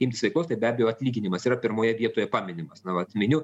imtis veiklos tai be abejo atlyginimas yra pirmoje vietoje paminimas na vat miniu